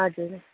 हजुर